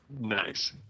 Nice